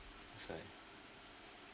that's why